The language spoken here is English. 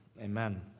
Amen